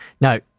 Now